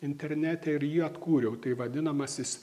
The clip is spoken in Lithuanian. internete ir jį atkūriau tai vadinamasis